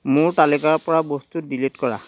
মোৰ তালিকাৰপৰা বস্তু ডিলিট কৰা